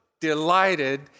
delighted